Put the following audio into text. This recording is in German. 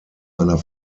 einer